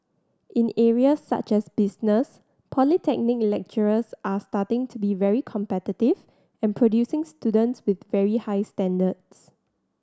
in areas such as business polytechnic lecturers are starting to be very competitive and producing students with very high standards